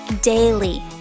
daily